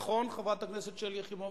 נכון, חברת הכנסת שלי יחימוביץ?